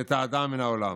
את האדם מן העולם.